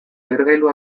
lehergailu